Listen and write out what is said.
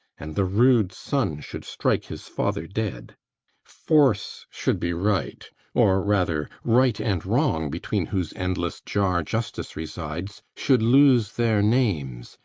and the rude son should strike his father dead force should be right or, rather, right and wrong between whose endless jar justice resides should lose their names,